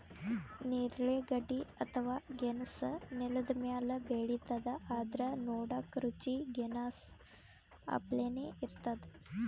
ನೇರಳೆ ಗಡ್ಡಿ ಅಥವಾ ಗೆಣಸ್ ನೆಲ್ದ ಮ್ಯಾಲ್ ಬೆಳಿತದ್ ಆದ್ರ್ ನೋಡಕ್ಕ್ ರುಚಿ ಗೆನಾಸ್ ಅಪ್ಲೆನೇ ಇರ್ತದ್